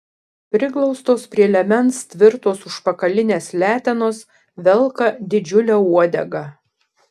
priglaustos prie liemens tvirtos užpakalinės letenos velka didžiulę uodegą